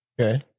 Okay